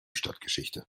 stadtgeschichte